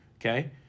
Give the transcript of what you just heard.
okay